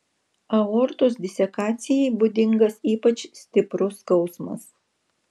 aortos disekacijai būdingas ypač stiprus skausmas